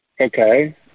Okay